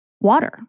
water